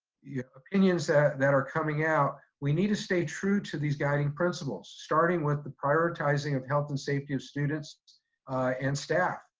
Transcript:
opinions that that are coming out, we need to stay true to these guiding principles starting with the prioritization of health and safety of students and staff.